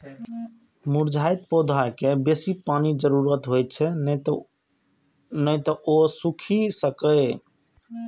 मुरझाइत पौधाकें बेसी पानिक जरूरत होइ छै, नै तं ओ सूखि सकैए